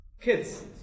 kids